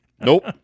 Nope